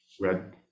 Red